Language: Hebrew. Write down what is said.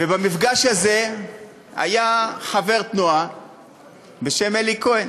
ובמפגש הזה היה חבר תנועה בשם אלי כהן,